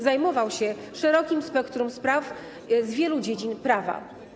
Zajmował się szerokim spektrum spraw z wielu dziedzin prawa.